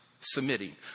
submitting